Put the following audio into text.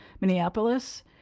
Minneapolis